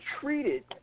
treated